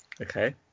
Okay